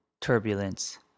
turbulence